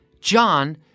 John